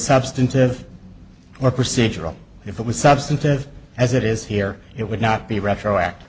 substantive or procedural if it was substantive as it is here it would not be retroactive